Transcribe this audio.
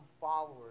followers